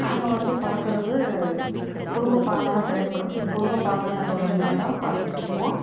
நாங்கள் வந்து பார்க்கிறது குடும்பபாங்கான திரைப்படம் குடும்ப பாங்கான தொடருங்களை பார்த்துக்கிட்டுருக்கோம்